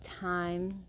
time